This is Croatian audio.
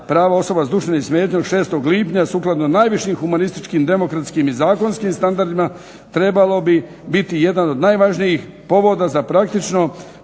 prava osoba s duševnim smetnjama 6. lipnja sukladno najvišim humanističkim, demokratskim i zakonskim standardima. Trebalo bi biti jedan od najvažnijih povoda za praktičnu